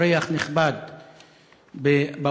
אורח נכבד באולפנים,